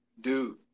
Dude